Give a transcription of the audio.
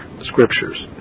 scriptures